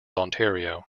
ontario